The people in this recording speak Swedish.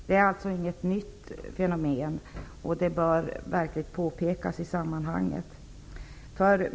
Det är alltså inget nytt fenomen. Det bör verkligen påpekas i sammanhanget.